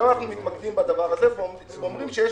עכשיו אנחנו מתמקדים בדבר הזה ואומרים שיש